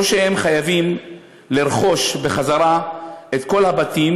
או שהם חייבים לרכוש בחזרה את כל הבתים